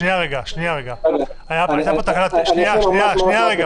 אני רוצה ממש לענות בקצרה,